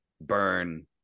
burn